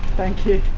thank you.